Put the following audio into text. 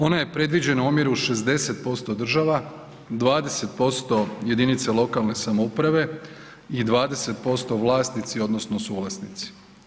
Ona je predviđena u omjeru 60% država, 20% jedinica lokalne samouprave i 20% vlasnici odnosno suvlasnici.